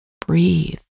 Breathe